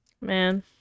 Man